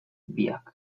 biak